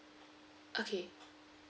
okay